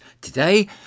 Today